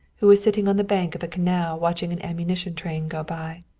who was sitting on the bank of a canal watching an ammunition train go by.